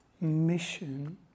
mission